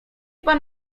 pan